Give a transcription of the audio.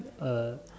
uh